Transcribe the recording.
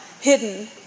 Hidden